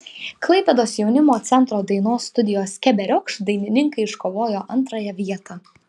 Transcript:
klaipėdos jaunimo centro dainos studijos keberiokšt dainininkai iškovojo antrąją vietą